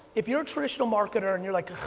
if you're a traditional marketer and you're like,